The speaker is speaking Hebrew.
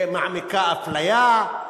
מעמיקה אפליה,